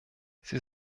sie